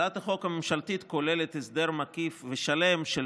הצעת החוק הממשלתית כוללת הסדר מקיף ושלם של